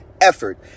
effort